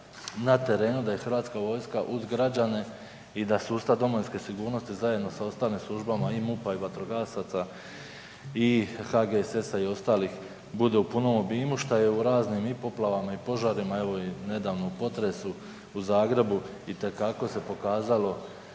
na terenu, da je hrvatska vojska uz građane i da sustav domovinske sigurnosti zajedno sa ostalim službama i MUP-a i vatrogasaca i HGSS-a i ostalih bude u punom obimu što je u raznim i poplavama i požarima, evo nedavno i potresu u Zagrebu itekako se pokazalo